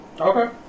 okay